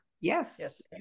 yes